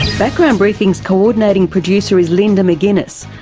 background briefing's coordinating producer is linda mcginness,